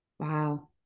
Wow